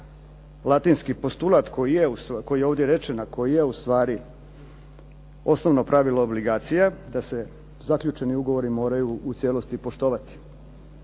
latinski postulat koji je ovdje rečen a koji je u stvari osnovno pravilo obligacija, da se zaključeni ugovori moraju u cijelosti poštovati.